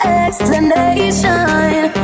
explanation